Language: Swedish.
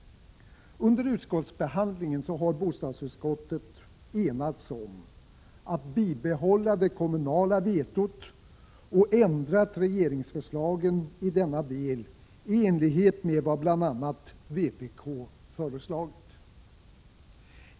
Under utskottsbehandlingen har bostadsutskottet enats om att bibehålla det kommunala vetot och ändrat regeringsförslaget i denna del i enlighet med vad bl.a. vpk föreslagit.